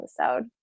episode